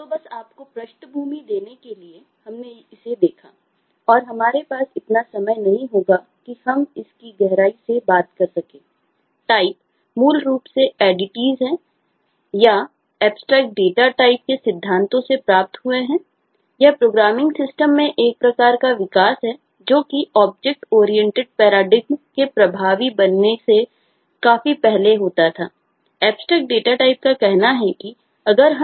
तो बस आपको पृष्ठभूमि देने के लिए हमने इसे देखा और हमारे पास इतना समय नहीं होगा कि हम इसकी गहराई से बात कर सकें